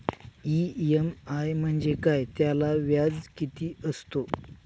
EMI म्हणजे काय? त्याला व्याज किती असतो?